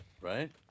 Right